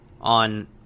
on